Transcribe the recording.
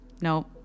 No